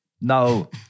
No